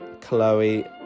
Chloe